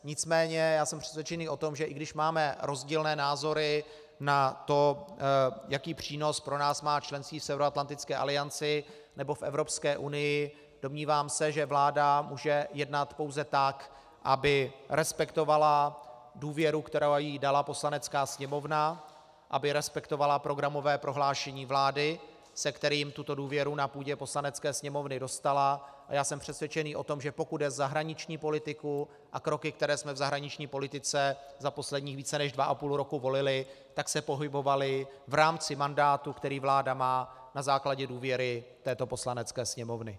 Nicméně jsem přesvědčený o tom, že i když máme rozdílné názory na to, jaký přínos pro nás má členství v Severoatlantické alianci nebo v Evropské unii, domnívám se, že vláda může jednat pouze tak, aby respektovala důvěru, kterou jí dala Poslanecká sněmovna, aby respektovala programové prohlášení vlády, se kterým tuto důvěru na půdě Poslanecké sněmovny dostala, a já jsem přesvědčený o tom, že pokud jde o zahraniční politiku a kroky, které jsme v zahraniční politice za posledních více než dva a půl roku volili, tak se pohybovaly v rámci mandátu, který vláda má na základě důvěry této Poslanecké sněmovny.